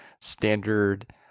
standard